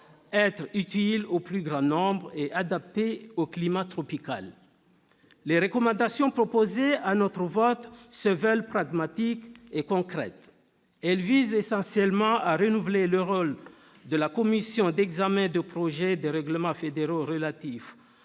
être utiles au plus grand nombre et adaptés au climat tropical. Les recommandations proposées à notre vote se veulent pragmatiques et concrètes. Elles visent essentiellement à renforcer le rôle de la Commission d'examen des projets de règlement fédéraux relatifs